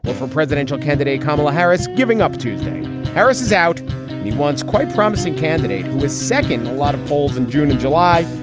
for presidential candidate kamala harris, giving up to harris is out once quite promising candidate second. a lot of polls in june and july.